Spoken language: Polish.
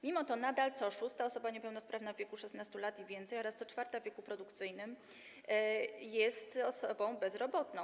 Mimo to nadal co szósta osoba niepełnosprawna w wieku 16 lat i więcej oraz co czwarta w wieku produkcyjnym jest osobą bezrobotną.